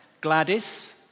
Gladys